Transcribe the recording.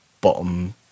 bottom